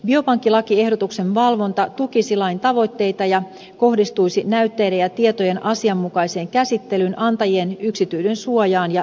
biopankkilakiehdotuksen valvonta tukisi lain tavoitteita ja kohdistuisi näytteiden ja tietojen asianmukaiseen käsittelyyn antajien yksityisyyden suojaan ja tietoturvaan